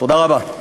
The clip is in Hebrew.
תודה רבה.